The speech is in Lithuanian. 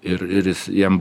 ir ir jis jam